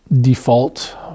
default